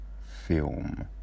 Film